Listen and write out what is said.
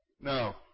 No